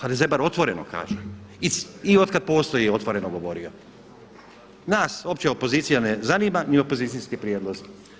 Ali Zebar otvoreno kaže i otkad postoji otvoreno je govorio: Nas uopće opozicija ne zanima ni opozicijski prijedlozi.